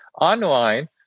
online